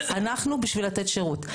אנחנו בשביל לתת שירות.